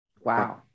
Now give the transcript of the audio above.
Wow